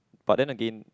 but then again